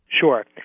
Sure